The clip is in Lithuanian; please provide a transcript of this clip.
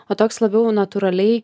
o toks labiau natūraliai